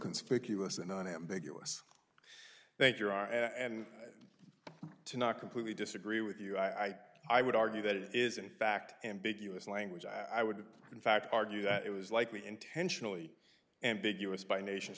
conspicuous and unambiguous thank you are and to not completely disagree with you i i would argue that it is in fact ambiguous language i would in fact argue that it was likely intentionally ambiguous by nation